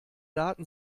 daten